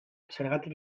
zergatik